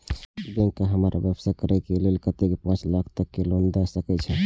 Bank का हमरा व्यवसाय करें के लेल कतेक पाँच लाख तक के लोन दाय सके छे?